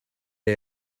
wir